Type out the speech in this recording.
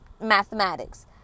mathematics